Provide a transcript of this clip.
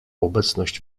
obecność